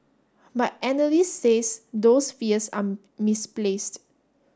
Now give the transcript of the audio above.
but analysts says those fears are misplaced